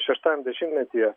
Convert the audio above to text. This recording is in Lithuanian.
šeštajam dešimtmetyje